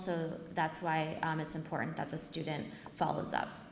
so that's why it's important that the student follows up